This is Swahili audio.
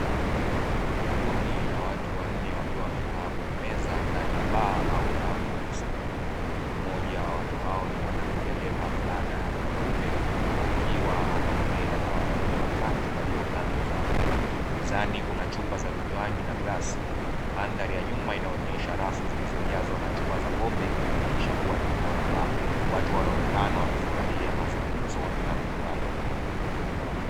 Kundi la watu wanne wakiwa wamekaa kwenye meza ndani ya baa au klabu ya usiku, mmoja wa watu hao ni mwanamke aliyevaa fulana nyeupe akiwa anaongea na wanaume watatu waliokaa mezani, mezani kuna chupa za vinywaji na glasi, mandhari ya nyuma inaonyesha rafu zilizojazwa na chupa za pombe, ikidhibitisha kuwa ni eneo la baa, watu wanaonekana wakifurahia mazungumzo na vinywaji.